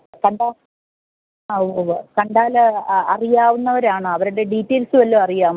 കണ്ടാൽ ആ ഉവ്വ ഉവ്വ കണ്ടാൽ അറിയാവുന്നവരാണോ അവരുടെ ഡീറ്റൈൽസ് വല്ലതും അറിയാമോ